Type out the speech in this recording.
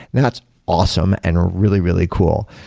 that's awesome and really, really cool.